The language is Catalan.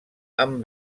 amb